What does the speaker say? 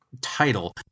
title